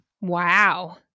Wow